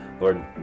lord